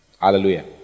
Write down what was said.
Hallelujah